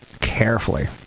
carefully